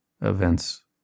events